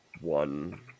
one